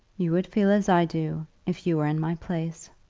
you would feel as i do, if you were in my place.